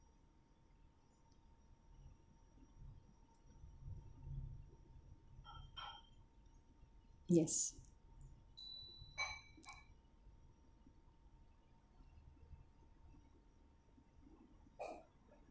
yes